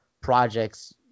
projects